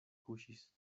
kuŝis